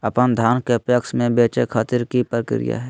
अपन धान के पैक्स मैं बेचे खातिर की प्रक्रिया हय?